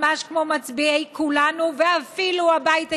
ממש כמו מצביעי כולנו ואפילו הבית היהודי.